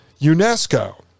UNESCO